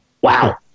Wow